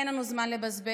אין לנו זמן לבזבז.